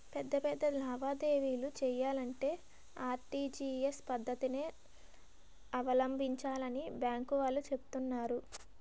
పెద్ద పెద్ద లావాదేవీలు చెయ్యాలంటే ఆర్.టి.జి.ఎస్ పద్దతినే అవలంబించాలని బాంకు వాళ్ళు చెబుతున్నారు